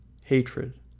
hatred